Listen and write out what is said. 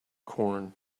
corn